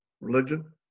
religion